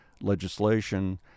legislation